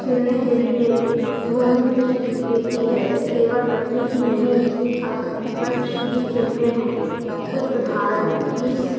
खेलने के लिए ढूँढ ही लेती है ल केवल बच्चे ही नहीं भी खेलते हैं कुछ उदाहरण हैं तीन